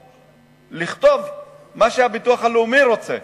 לכתוב מה שהביטוח הלאומי רוצה.